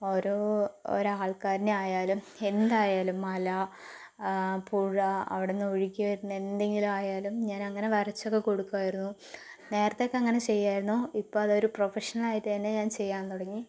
ഓരോ ഓരോ ആൾക്കാരെ ആയാലും എന്തായാലും മല പുഴ അവിടെ നിന്ന് ഒഴുകി വരുന്ന എന്തെങ്കിലും ആയാലും ഞാനങ്ങനെ വരച്ചൊക്കെ കൊടുക്കുമായിരുന്നു നേരത്തെയൊക്കെ അങ്ങനെ ചെയ്യുമായിരുന്നു ഇപ്പോൾ അതൊരു പ്രൊഫഷനായിട്ട് തന്നെ ഞാൻ ചെയ്യാൻ തുടങ്ങി